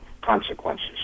consequences